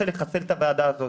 אז הוא רוצה לחסל את הוועדה הזאת.